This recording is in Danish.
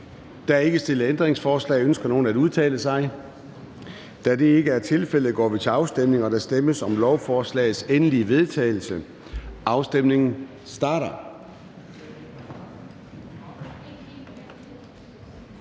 er ikke stillet ændringsforslag. Ønsker nogen at udtale sig? Da det ikke er tilfældet, går vi til afstemning. Kl. 14:21 Afstemning Formanden (Søren Gade): Der stemmes om lovforslagets endelige vedtagelse. Afstemningen starter.